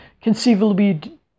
conceivably